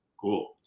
Cool